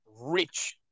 rich